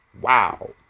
Wow